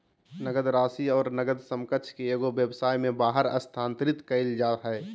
नकद राशि और नकद समकक्ष के एगो व्यवसाय में बाहर स्थानांतरित कइल जा हइ